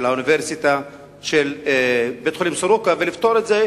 האוניברסיטה ושל בית-חולים "סורוקה" ולפתור את זה.